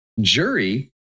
Jury